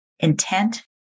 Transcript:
Intent